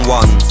one